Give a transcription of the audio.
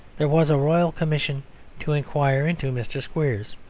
there was a royal commission to inquire into mr. squeers.